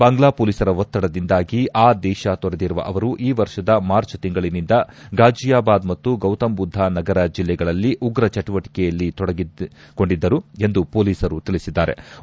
ಬಾಂಗ್ಲಾ ಪೊಲೀಸರ ಒತ್ತಡದಿಂದಾಗಿ ಆ ದೇಶ ತೊರೆದಿರುವ ಅವರು ಈ ವರ್ಷದ ಮಾರ್ಚ್ ತಿಂಗಳನಿಂದ ಫಾಜಿಯಾಬಾದ್ ಮತ್ತು ಗೌತಮ್ಬುದ್ದ ನಗರ ಜೆಲ್ಲೆಗಳಲ್ಲಿ ಉಗ್ರ ಚಟುವಟಕೆಯಲ್ಲಿ ತೊಡಗಿಕೊಂಡಿದ್ದರು ಎಂದು ಪೊಲೀಸರು ತಿಳಿಸಿದ್ಗಾರೆ